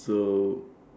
so